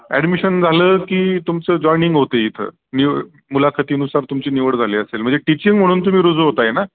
admission झालं की तुमचं जॉईनिंग होतं आहे इथं नि्यू मुलाखीनुसार तुमची निवड झाली असेल म्हणजे टीचिंग म्हणून तुम्ही रुजू होत आहे ना